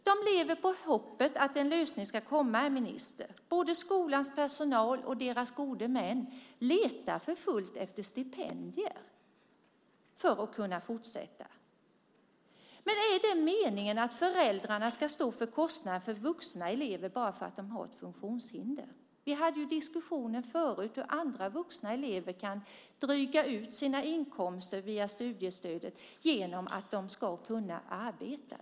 De lever på hoppet att en lösning ska komma, herr minister. Både skolans personal och elevernas gode män letar för fullt efter stipendier för att kunna fortsätta. Är det meningen att föräldrarna ska stå för kostnaden för vuxna elever bara för att de har ett funktionshinder? Vi hade diskussionen förut om hur andra vuxna elever kan dryga ut sina inkomster från studiestödet genom att arbeta.